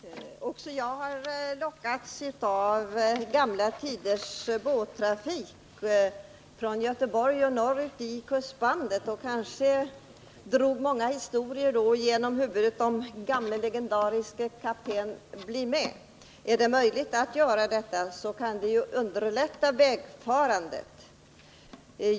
Herr talman! Också jag har lockats av gamla tiders båttrafik från Göteborg | norrut i kustbandet, och då kommer man att tänka på många historier om den gamle legendariske kapten Bli Mä. Är det möjligt att ordna båttrafik så kan det ju underlätta vägfarandet.